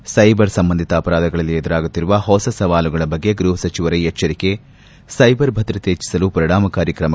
ಸ್ಸೆಬರ್ ಸಂಬಂಧಿತ ಅಪರಾಧಗಳಲ್ಲಿ ಎದುರಾಗುತ್ತಿರುವ ಹೊಸ ಸವಾಲುಗಳ ಬಗ್ಗೆ ಗ್ಯಪಸಚಿವರ ಎಚ್ಲರಿಕೆ ಸ್ನೆಬರ್ ಭದ್ರತೆ ಹೆಚ್ಚಿಸಲು ಪರಿಣಾಮಕಾರಿ ಕ್ರಮಗಳಿಗೆ ಸೂಚನೆ